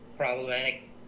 problematic